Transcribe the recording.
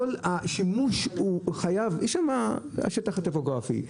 יש שם השטח הטופוגרפי,